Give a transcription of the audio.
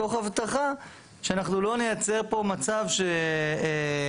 תוך הבטחה שאנחנו לא נייצר פה מצב שיהיה